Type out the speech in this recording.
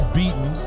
beaten